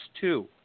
two